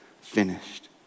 finished